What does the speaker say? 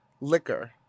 Liquor